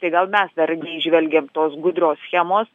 tai gal mes dar neįžvelgiam tos gudrios schemos